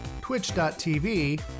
twitch.tv